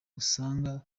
usanga